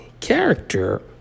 character